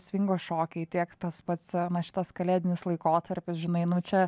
svingo šokiai tiek tas pats šitas kalėdinis laikotarpis žinai nu čia